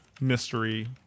mystery